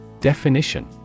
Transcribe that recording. Definition